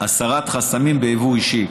(הסרת חסמים ביבוא אישי).